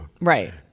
right